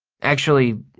actually,